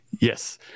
yes